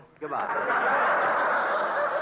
Goodbye